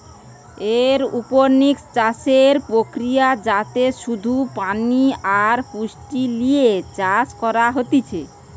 aeroponics চাষের প্রক্রিয়া যাতে শুধু পানি আর পুষ্টি লিয়ে চাষ করা হতিছে